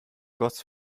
goss